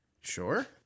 Sure